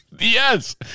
Yes